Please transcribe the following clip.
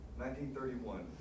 1931